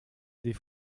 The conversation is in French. des